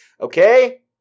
Okay